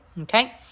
okay